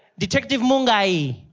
detective mongai?